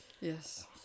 Yes